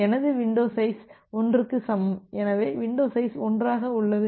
எனது window size 1க்கு சமம் எனவே வின்டோ சைஸ் 1ஆக உள்ளது